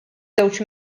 żewġ